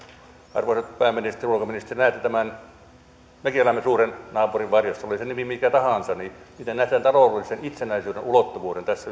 arvoisat pääministeri ja ulkoministeri näette tämän näkymämme suuren naapurin varjossa oli sen nimi mikä tahansa miten näette tämän taloudellisen itsenäisyyden ulottuvuuden tässä